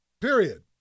Period